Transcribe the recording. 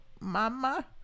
Mama